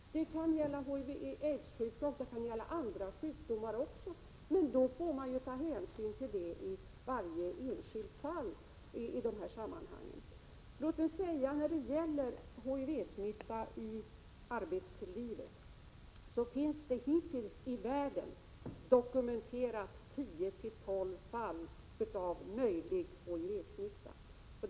Det kan gälla aids och även andra sjukdomar. Men detta får man överväga i varje enskilt fall. Hittills finns det dokumenterat i världen 10-12 fall av möjlig HIV-smitta i arbetslivet.